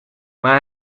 maar